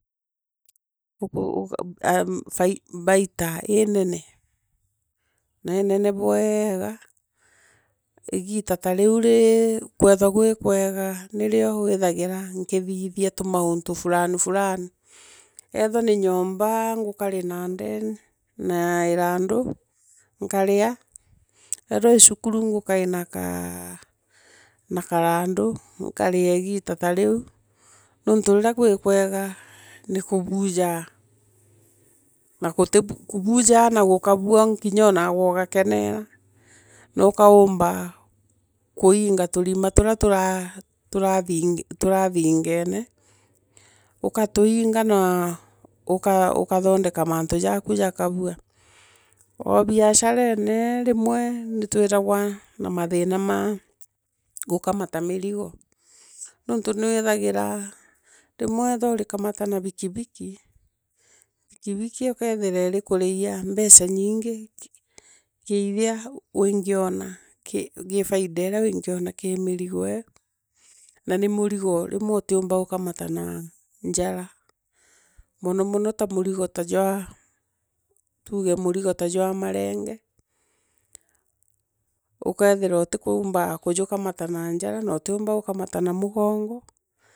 Fastai ineno. Neeneno bweega igita ta riu kwethira gwi kwaga nisio withegira nkithithia tumauntu fulani fulani. Kethira ni nyomba ngakari. ngokari na ndeni. na irandu. nkarea. kethira cukuru ngukari na kaa na karandu. nkoirea igita ta riu nontu riria kwi kwega. ni kubujaa na kubujaa na gutabua o na kinya naagwe ugakenera, nokaomba kuinga furima tuizi turaa tura turathingene ukatuinga na uka ukathoreleka mantu jaku. jakabua. O biasharene ii runwe nitwiragwa na bikibiki. bikibiki ukethira irikunyia mbeci nyingi kii irea ungiona gukamata na njara monomono ta mungo ta jwa tuge murigo ta jwa marenge, utethira utikumba kujukamata na njae na utiumleu gokamata na mugongo.